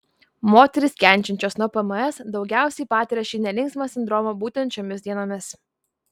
moterys kenčiančios nuo pms daugiausiai patiria šį nelinksmą sindromą būtent šiomis dienomis